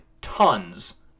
tons